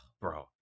Bro